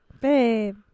Babe